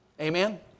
amen